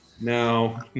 No